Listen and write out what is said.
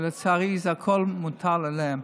ולצערי הכול מוטל עליהם.